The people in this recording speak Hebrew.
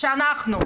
כשאנחנו,